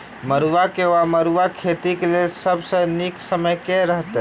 मरुआक वा मड़ुआ खेतीक लेल सब सऽ नीक समय केँ रहतैक?